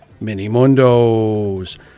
Minimundos